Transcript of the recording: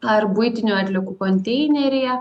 ar buitinių atliekų konteineryje